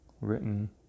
written